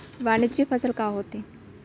वाणिज्यिक फसल का होथे?